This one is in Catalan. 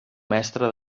mestre